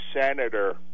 senator